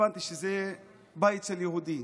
הבנתי שזה בית של יהודי,